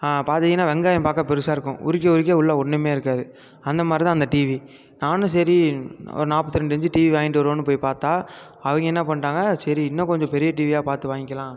பார்த்தீங்கன்னா வெங்காயம் பார்க்க பெருசாக இருக்கும் உரிக்க உரிக்க உள்ளே ஒன்றுமே இருக்காது அந்தமாதிரிதான் அந்த டிவி நானும் சரி ஒரு நாற்பத்தி ரெண்டு இன்ச்சி டிவி வாங்கிட்டு வருவோம்னு போய் பார்த்தா அவங்க என்ன பண்ணிட்டாங்க சரி இன்னும் கொஞ்சம் பெரிய டிவியாக பார்த்து வாங்கிக்கிலாம்